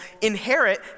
inherit